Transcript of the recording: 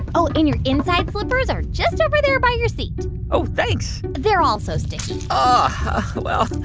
oh, and your inside slippers are just over there by your seat oh, thanks they're also sticky ah well,